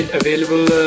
available